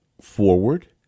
forward